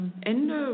Ende